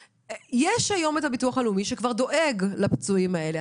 שכבר היום הביטוח הלאומי דואג לפצועים האלה,